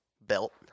belt